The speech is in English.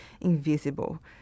invisible